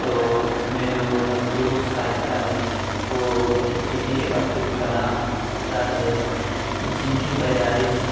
تو اُس میں جو مشہور سائنسداں ہے وہ A P J Abdul Kalam Azad ہے جن کی پیدائش